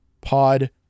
pod